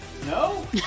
No